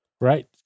right